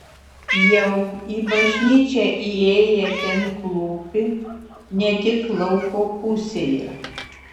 jau į bažnyčią įėję ten klūpi ne tik lauko pusėje